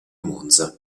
monza